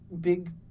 big